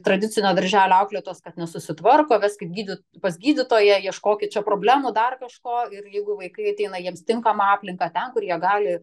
tradicinio darželio auklėtojos kad nesusitvarko veskit gydyt pas gydytoją ieškokit čia problemų dar kažko ir jeigu vaikai ateina į jiems tinkamą aplinką ten kur jie gali